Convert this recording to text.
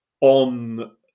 on